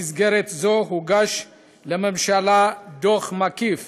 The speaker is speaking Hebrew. במסגרת זו הוגש לממשלה דוח מקיף